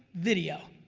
video,